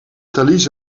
thalys